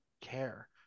care